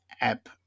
app